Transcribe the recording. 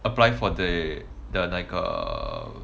apply for the the 那个 err